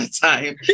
time